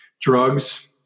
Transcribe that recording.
drugs